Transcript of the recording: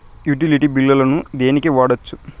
Utility బిల్లులను దేనికి వాడొచ్చు?